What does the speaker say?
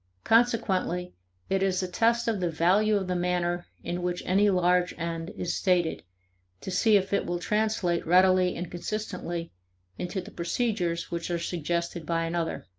consequently it is a test of the value of the manner in which any large end is stated to see if it will translate readily and consistently into the procedures which are suggested by another.